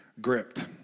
gripped